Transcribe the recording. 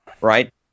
right